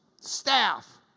staff